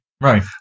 Right